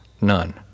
None